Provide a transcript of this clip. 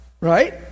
right